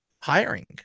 hiring